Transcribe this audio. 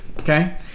okay